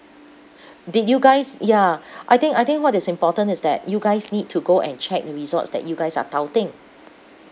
did you guys ya I think I think what is important is that you guys need to go and check the resorts that you guys are touting